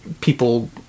People